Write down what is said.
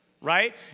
right